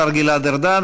השר גלעד ארדן.